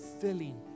filling